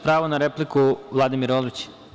Pravo na repliku, Vladimir Orlić.